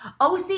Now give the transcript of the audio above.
OC